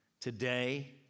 Today